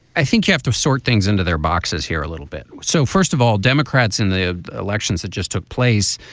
i think you have to sort things into their boxes here a little bit. so first of all democrats in the elections that just took place.